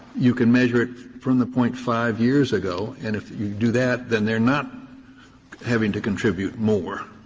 you can measure it from the point five years ago and if you do that, then they're not having to contribute more.